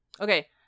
Okay